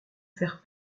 faire